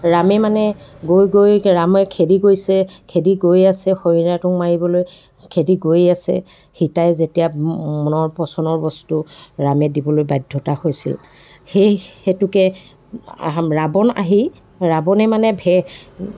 ৰামে মানে গৈ গৈ ৰামে খেদি গৈছে খেদি গৈ আছে হৰিণাটো মাৰিবলৈ খেদি গৈ আছে সীতাই যেতিয়া মনৰ পচনৰ বস্তু ৰামে দিবলৈ বাধ্যতা হৈছিল সেই হেতুকে ৰাৱণ আহি ৰাৱণে মানে ভেশ